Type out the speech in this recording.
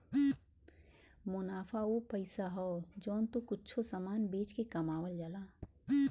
मुनाफा उ पइसा हौ जौन तू कुच्छों समान बेच के कमावल जाला